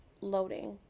loading